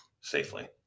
safely